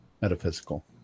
metaphysical